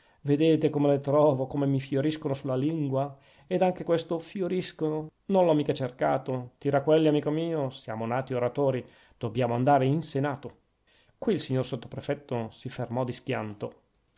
vedete come le trovo come mi fioriscono sulla lingua ed anche questo fioriscono non l'ho mica cercato tiraquelli amico mio siamo nati oratori dobbiamo andare in senato qui il signor sottoprefetto si fermò di schianto